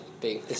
big